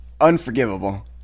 unforgivable